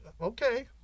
okay